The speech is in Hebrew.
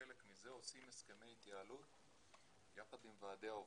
וכחלק מזה עושים הסכמי התייעלות יחד עם ועדי העובדים.